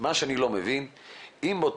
אני לא מבין למה לא